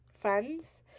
friends